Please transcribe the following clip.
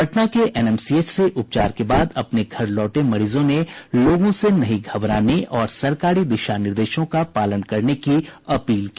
पटना के एनएमसीएच से उपचार के बाद अपने घर लौटे मरीजों ने लोगों से नहीं घबराने और सरकारी दिशा निर्देशों का पालन करने की अपील की